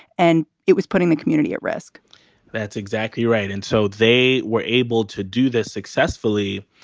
and it was putting the community at risk that's exactly right. and so they were able to do this successfully.